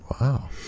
Wow